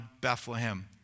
Bethlehem